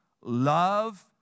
Love